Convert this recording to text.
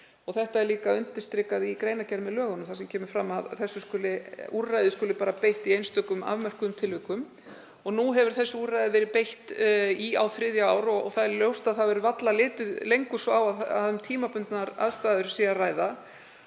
Þetta er líka undirstrikað í greinargerð með lögunum þar sem kemur fram að þessu úrræði skuli bara beitt í einstökum afmörkuðum tilvikum. Nú hefur þessi úrræði verið beitt í á þriðja ár og ljóst er að varla verður lengur litið svo á að um tímabundnar aðstæður sé að ræða.